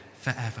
forever